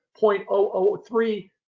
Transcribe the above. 0.003